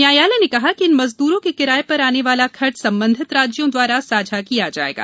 न्यायालय ने कहा कि इन मजदूरों के किराये पर आने वाला खर्च संबंधित राज्यों द्वारा साझा किया जायेगा